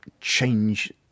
change